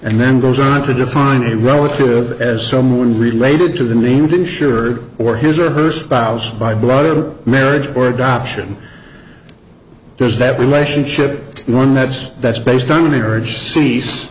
and then goes on to define a relative as someone related to the named insured or his or her spouse by blood or marriage or adoption there's that relationship one med's that's based on a marriage cease